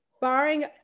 barring